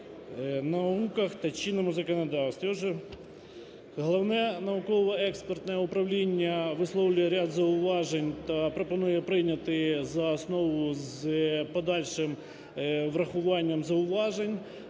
науках та чинному законодавстві. Отже, Головне науково-експертне управління висловлює ряд зауважень та пропонує прийняти за основу з подальшим врахуванням зауважень.